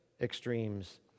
extremes